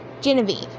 genevieve